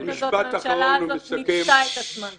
--- הכנסת הזאת, הממשלה הזאת מיצתה את עצמה.